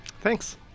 Thanks